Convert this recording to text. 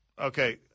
Okay